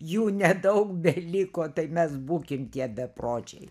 jų nedaug beliko tai mes būkim tie bepročiai